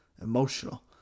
emotional